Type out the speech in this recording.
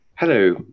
Hello